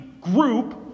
group